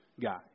guy